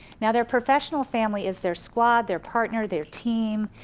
now their professional family is their squad, their parner, their team,